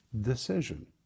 decision